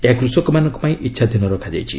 ଏହା କୃଷକମାନଙ୍କ ପାଇଁ ଇଚ୍ଛାଧୀନ ରଖାଯାଇଛି